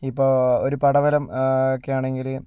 ഇപ്പോൾ ഒരു പടവലം ഒക്കെയാണെങ്കിൽ